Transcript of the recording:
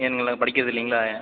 ஏனுங்களே படிக்கிறதில்லைங்ளா